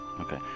Okay